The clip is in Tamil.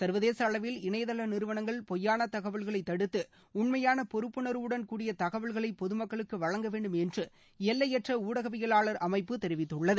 சர்வதேச அளவில் இணையதள நிறுவனங்கள் பொய்யான தகவல்களை தடுத்து உண்மையான பொறுப்புணர்வுடன் கூடிய தகவல்களை பொதுமக்களுக்கு வழங்க வேண்டும் என்று எல்லையற்ற ஊடகவியலாளர் அமைப்பு தெரிவித்துள்ளது